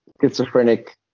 schizophrenic